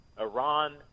Iran